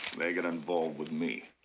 they get involved with me